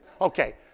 okay